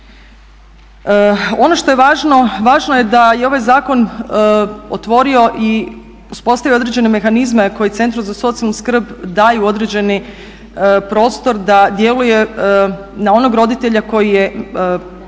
Ono što je važno, važno je da ovaj zakon otvorio i uspostavio određene mehanizme koji centru za socijalnu skrb daju određeni prostor da djeluje na onog roditelja koji je,